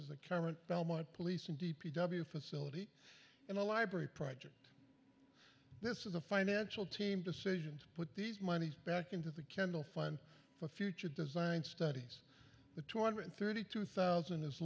as the current belmont police and d p w facility and a library project this is a financial team decision to put these monies back into the kendall fund for future design studies the two hundred and thirty two thousand is